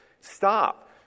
Stop